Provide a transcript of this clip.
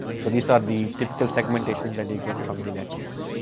so these are the typical segmentation that you get from the network.